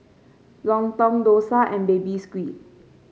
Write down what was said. lontong dosa and Baby Squid